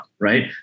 right